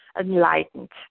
enlightened